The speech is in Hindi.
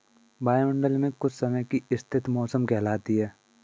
वायुमंडल मे कुछ समय की स्थिति मौसम कहलाती है